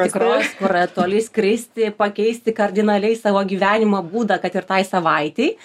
tikros kur yra toli skristi pakeisti kardinaliai savo gyvenimo būdą kad ir tai savaitei